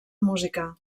música